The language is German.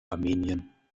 armenien